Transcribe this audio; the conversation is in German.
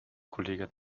kollegen